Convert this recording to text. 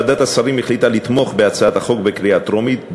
ועדת השרים החליטה לתמוך בהצעת החוק בקריאה טרומית,